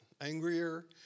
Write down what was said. angrier